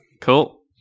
cool